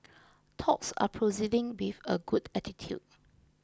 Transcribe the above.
talks are proceeding with a good attitude